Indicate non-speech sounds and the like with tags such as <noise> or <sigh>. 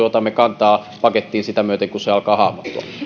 <unintelligible> otamme kantaa pakettiin sitä myöten kun se alkaa